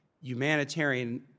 humanitarian